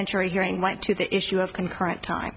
entiary hearing went to the issue of concurrent time